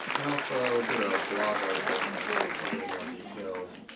i also did a blog article on this with a little more details